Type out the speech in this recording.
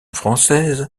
française